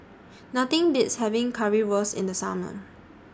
Nothing Beats having Currywurst in The Summer